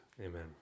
Amen